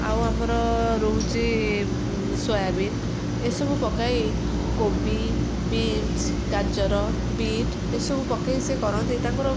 ଆଉ ଆମର ରହୁଛି ସୋୟାବିନ୍ ଏସବୁ ପକାଇ କୋବି ବିନ୍ସ୍ ଗାଜର ବିଟ୍ ଏସବୁ ପକାଇ ସେ କରନ୍ତି ତାଙ୍କର